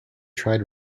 tried